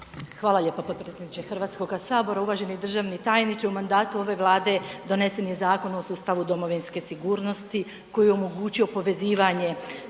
Hvala lijepo potpredsjedniče HS. Uvaženi državni tajniče, u mandatu ove Vlade donesen je Zakon o sustavu domovinske sigurnosti koji je omogućio povezivanje